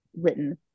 written